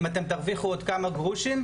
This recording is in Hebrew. אם אתן תרוויחו עוד כמה גרושים,